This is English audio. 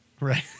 Right